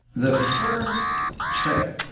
the first trip